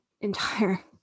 entire